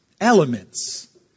elements